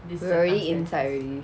we are already inside already